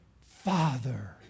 father